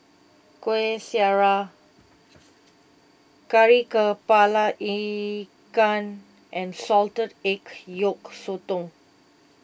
Kueh Syara Kari Kepala Ikan and Salted Egg Yolk Sotong